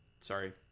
Sorry